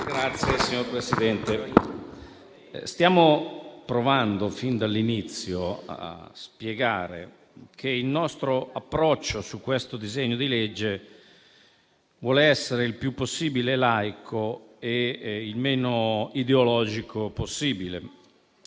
Signor Presidente, stiamo provando fin dall'inizio a spiegare che il nostro approccio su questo disegno di legge vuole essere il più possibile laico e il meno possibile